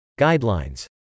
Guidelines